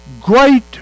great